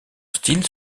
style